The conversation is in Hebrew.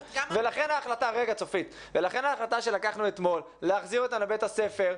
ולכן ההחלטה שלקחנו אתמול להחזיר אותם לבית הספר,